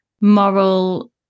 moral